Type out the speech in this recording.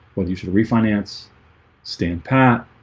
well, you should refinance stand pat